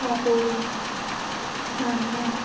पातोळी सान्ना